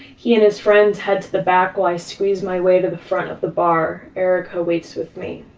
he and his friends head to the back while i squeeze my way to the front of the bar. erica waits with me.